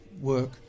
work